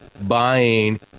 buying